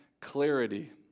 clarity